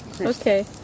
Okay